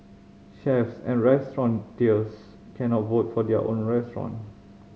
chefs and restaurateurs cannot vote for their own restaurant